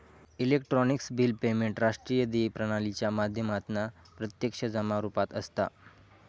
electronic bill payment राष्ट्रीय देय प्रणालीच्या माध्यमातना प्रत्यक्ष जमा रुपात असता